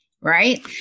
right